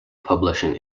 publishing